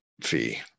fee